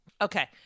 Okay